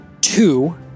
two